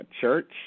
church